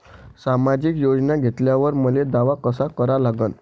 सामाजिक योजना घेतल्यावर मले दावा कसा करा लागन?